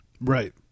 Right